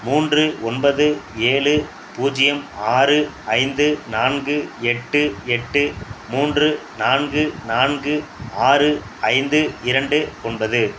மூன்று ஒன்பது ஏழு பூஜ்ஜியம் ஆறு ஐந்து நான்கு எட்டு எட்டு மூன்று நான்கு நான்கு ஆறு ஐந்து இரண்டு ஒன்பது